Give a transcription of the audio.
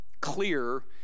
clear